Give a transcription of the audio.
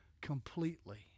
completely